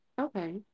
Okay